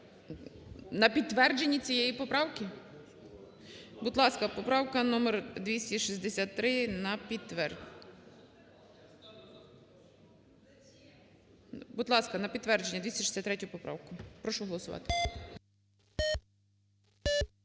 на підтвердженні цієї поправки? Будь ласка, поправка номер 263 на підтвердження… будь ласка, на підтвердження 263 поправку. Прошу голосувати.